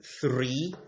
three